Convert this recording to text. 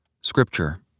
Scripture